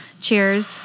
Cheers